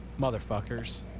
Motherfuckers